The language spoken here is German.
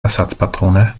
ersatzpatrone